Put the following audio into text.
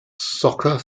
soccer